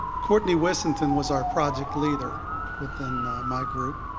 courtney wessington was our project leader within my group.